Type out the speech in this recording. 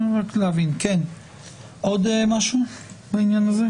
עוד משהו לעניין הזה?